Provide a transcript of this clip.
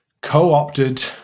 co-opted